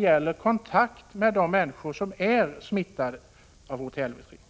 för kontakt med de människor som är smittade av HTLV-III.